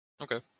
okay